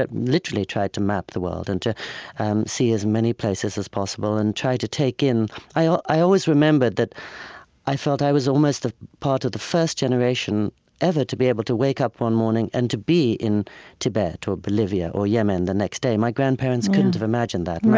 literally tried to map the world and to see as many places as possible and tried to take in i ah i always remembered that i felt i was almost a part of the first generation ever to be able to wake up one morning and to be in tibet or bolivia or yemen the next day. my grandparents couldn't have imagined that.